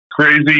crazy